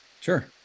Sure